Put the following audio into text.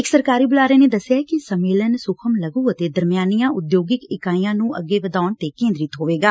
ਇਕ ਸਰਕਾਰੀ ਬੁਲਾਰੇ ਨੇ ਦਸਿਐ ਕਿ ਸੰਮੇਲਨ ਸੁਖ਼ਮ ਲਘੁ ਅਤੇ ਦਰਮਿਆਨੀਆਂ ਉਦਯੋਗਿਕ ਇਕਾਈਆਂ ਨੰ ਅੱਗੇ ਵਧਾਉਣ ਤੇ ਕੇਦਰਿਤ ਹੋਏਗਾ